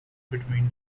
between